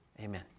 Amen